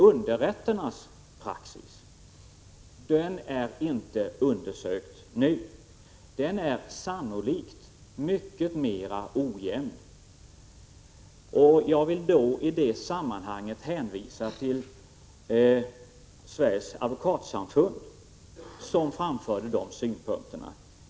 Underrätternas praxis är dock inte undersökt nu och den är sannolikt mycket mera ojämn. Jag vill i detta sammanhang hänvisa till Sveriges Advokatsamfund som framfört dessa synpunkter.